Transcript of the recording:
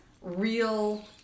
real